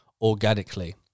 organically